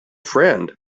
friend